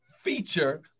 feature